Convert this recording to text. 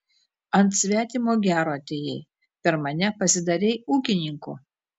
ant svetimo gero atėjai per mane pasidarei ūkininku